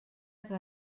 que